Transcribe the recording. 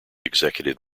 executive